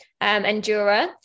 Endura